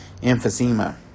emphysema